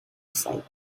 site